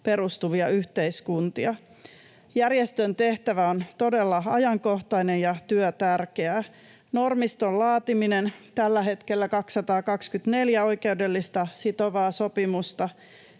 perustuvia yhteiskuntia. Järjestön tehtävä on todella ajankohtainen ja työ tärkeää. Normiston laatiminen — tällä hetkellä 224 oikeudellista sitovaa sopimusta